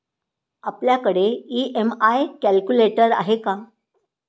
आपल्याकडे EMI calculator आहे का?